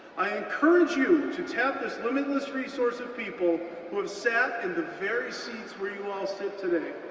i encourage you to tap this limitless resource of people who have sat in the very seats where you all sit today.